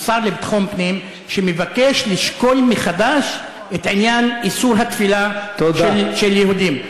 הוא שר לביטחון פנים שמבקש לשקול מחדש את עניין איסור התפילה של יהודים.